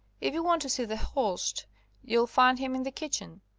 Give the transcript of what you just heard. if you want to see the host you'll find him in the kitchen.